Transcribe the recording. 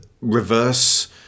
reverse